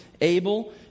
Abel